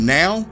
now